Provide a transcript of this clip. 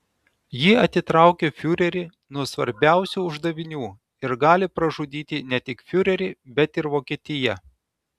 ji atitraukė fiurerį nuo svarbiausių uždavinių ir gali pražudyti ne tik fiurerį bet ir vokietiją